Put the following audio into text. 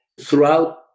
throughout